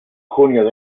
junio